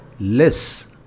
less